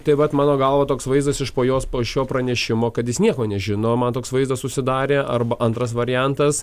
tai vat mano galva toks vaizdas iš po jos po šio pranešimo kad jis nieko nežino man toks vaizdas susidarė arba antras variantas